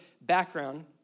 background